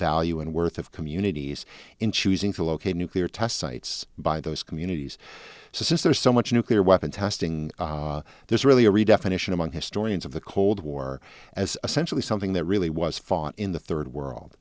value and worth of communities in choosing to locate nuclear test sites by those communities since there's so much nuclear weapon testing there's really a redefinition among historians of the cold war as essentially something that really was fought in the third world